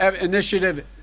initiative